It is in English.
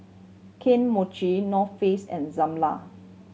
Kane Mochi North Face and Zalia